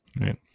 Right